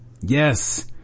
Yes